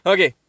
Okay